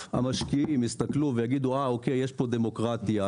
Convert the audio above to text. המשקיעים יסתכלו ויאמרו שיש כאן דמוקרטיה.